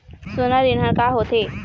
सोना ऋण हा का होते?